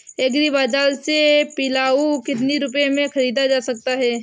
Agree बाजार से पिलाऊ कितनी रुपये में ख़रीदा जा सकता है?